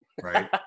right